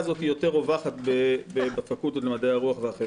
הזאת יותר רווחת בפקולטות למדעי הרוח והחברה.